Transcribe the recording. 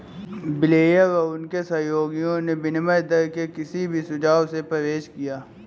Blair और उनके सहयोगियों ने विनिमय दर के किसी भी सुझाव से परहेज किया